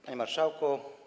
Panie Marszałku!